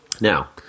Now